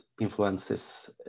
influences